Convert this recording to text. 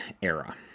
era